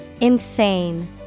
Insane